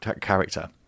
character